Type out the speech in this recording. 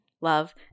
love